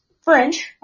French